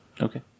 Okay